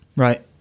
Right